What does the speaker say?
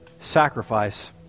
sacrifice